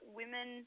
women